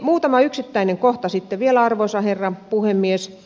muutama yksittäinen kohta sitten vielä arvoisa herra puhemies